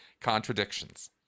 Contradictions